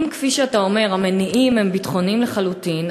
אם כפי שאתה אומר המניעים הם ביטחוניים לחלוטין,